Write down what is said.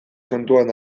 kontuan